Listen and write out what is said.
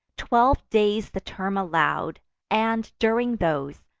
twelve days the term allow'd and, during those,